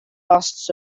lasts